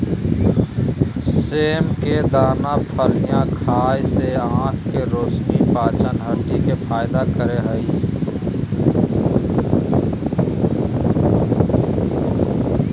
सेम के दाना फलियां खाय से आँख के रोशनी, पाचन, हड्डी के फायदा करे हइ